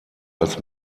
als